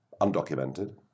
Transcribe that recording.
undocumented